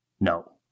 No